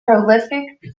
prolific